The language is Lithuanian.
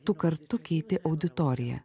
tu kartu keiti auditoriją